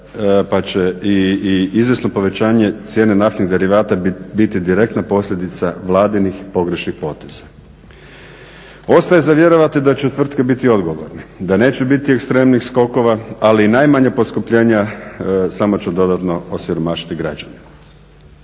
pa će se i izvjesno povećanje cijena naftnih derivata biti direktno posljedica Vladinih pogrešnih poteza. Ostaje za vjerovati da će tvrtke biti odgovorne, da neće biti ekstremnih skokova ali i najmanja poskupljenja samo će dodatno osiromašiti građane.